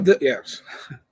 Yes